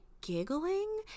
giggling